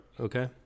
okay